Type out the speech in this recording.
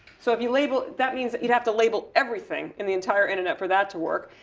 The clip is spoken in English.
so if you label, that means that you'd have to label everything in the entire internet for that to work.